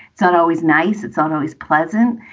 it's and always nice. it's um always pleasant.